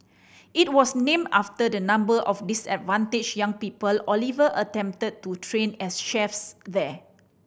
it was named after the number of disadvantaged young people Oliver attempted to train as chefs there